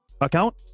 account